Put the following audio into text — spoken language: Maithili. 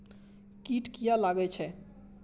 कीट किये लगैत छै?